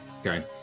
Okay